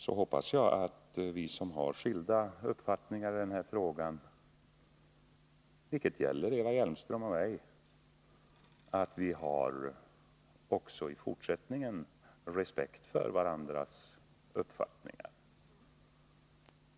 Sedan hoppas jag att vi som har skilda uppfattningar i denna fråga, vilket gäller Eva Hjelmström och mig, också i fortsättningen har respekt för varandras uppfattningar.